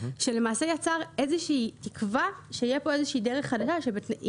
שלמעשה יצר איזו תקווה שתהיה פה דרך חדשה.